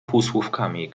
półsłówkami